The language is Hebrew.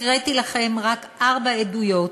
הקראתי לכם רק ארבע עדויות